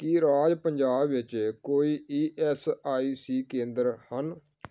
ਕੀ ਰਾਜ ਪੰਜਾਬ ਵਿੱਚ ਕੋਈ ਈ ਐੱਸ ਆਈ ਸੀ ਕੇਂਦਰ ਹਨ